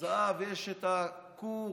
לזהב יש את הכור,